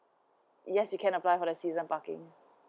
yes you can apply for the season parking